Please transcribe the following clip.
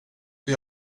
för